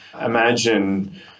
imagine